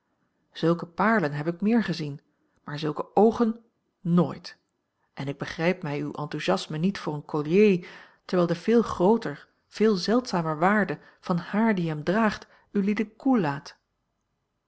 zulke paarlen heb ik meer gezien maar zulke oogen nooit en ik begrijp mij uw enthousiasme niet voor een collier terwijl de veel grooter veel zeldzamer waarde van haar die hem draagt ulieden koel laat